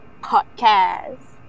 podcast